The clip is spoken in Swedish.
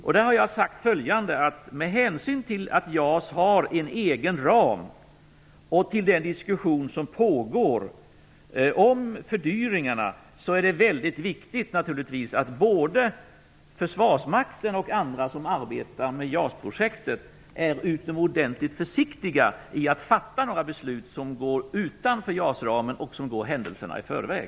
Jag har då sagt att det med hänsyn till att JAS har en egen ram och med hänsyn till den diskussion som pågår om fördyringarna naturligtvis är väldigt viktigt att både försvarsmakten och andra som arbetar med JAS-projektet är utomordentligt försiktiga med att fatta några beslut som går utanför JAS-ramen och som går händelserna i förväg.